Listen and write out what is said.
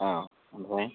औ ओमफ्राय